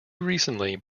recently